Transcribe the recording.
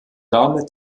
damit